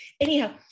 Anyhow